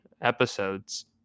episodes